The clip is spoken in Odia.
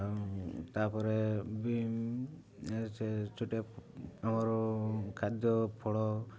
ଆଉ ତା'ପରେ ବି ସେ ଛୋଟିଆ ଆମର ଖାଦ୍ୟ ଫଳ